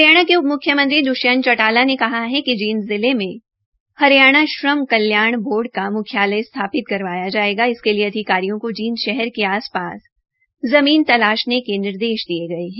हरियाणा के उपम्ख्यमंत्री श्री द्ष्यंत चौटाला ने कहा है कि जींद जिला में हरियाणा श्रम कल्याण बोर्ड का म्ख्यालय स्थापित करवाया जाएगा इसके लिए अधिकारियों को जींद शहर के आस पास जमीन तलाशने के निर्देश दे दिए गए हैं